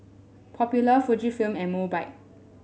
popular Fujifilm and Mobike